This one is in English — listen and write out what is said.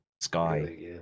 Sky